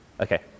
Okay